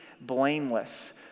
blameless